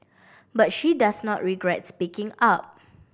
but she does not regrets speaking up